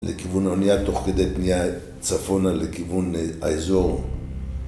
לכיוון האונייה תוך כדי פנייה צפונה לכיוון האזור